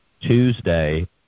Tuesday